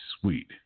sweet